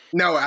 no